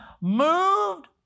moved